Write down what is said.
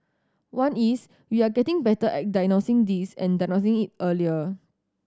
one is we are getting better at diagnosing this and diagnosing it earlier